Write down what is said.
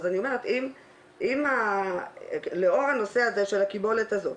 אז אני אומרת לאור הנושא הזה של הקיבולת הזאת,